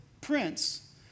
prince